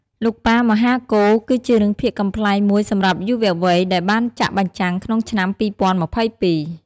លោកប៉ាមហាកូរ គឺជារឿងភាគកំប្លែងមួយសម្រាប់យុវវ័យ ដែលបានចាក់បញ្ចាំងក្នុងឆ្នាំ ២០២២។